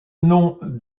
nom